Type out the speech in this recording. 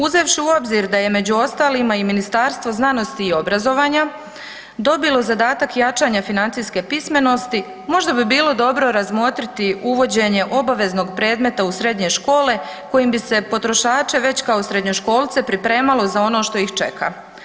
Uzevši u obzir, da je među ostalima i Ministarstvo znanosti i obrazovanja dobilo zadatak jačanja financijske pismenosti, možda bi bilo dobro razmotriti uvođenje obaveznog predmeta u srednje škole kojim bi se potrošače, već kao srednjoškolce pripremalo za ono što ih čeka.